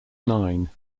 nine